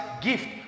gift